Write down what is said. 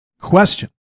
Question